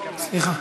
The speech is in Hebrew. סליחה.